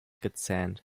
gezähnt